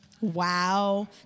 Wow